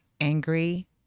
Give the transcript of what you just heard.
angry